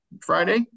Friday